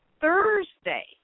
Thursday